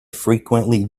frequently